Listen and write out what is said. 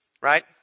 right